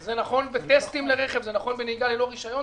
זה נכון בטסטים לרכב, זה נכון בנהיגה ללא רישיון.